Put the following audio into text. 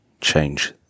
change